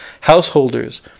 Householders